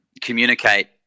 communicate